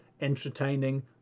entertaining